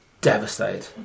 devastated